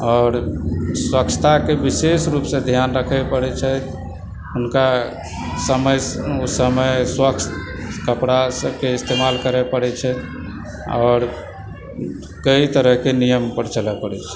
आओर स्वच्छताके विशेष रुपसँ ध्यान रखय पड़य छथि हुनका ओ समय स्वच्छ कपड़ा सभकेँ इस्तेमाल करय पड़य छनि आओर कई तरहकेँ नियम पर चलयक पड़य छनि